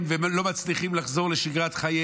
לא מצליחים לחזור לשגרת חייהם,